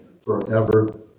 forever